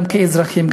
גם כאזרחים,